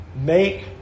Make